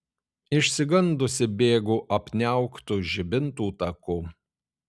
išsigandusi bėgu apniauktu žibintų taku